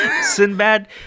Sinbad